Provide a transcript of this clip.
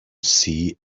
see